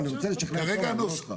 יש לנו שאלה אחת, לגבי היטל ההשבחה.